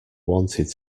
wanted